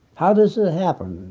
how does it happen?